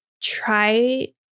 try